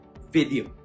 video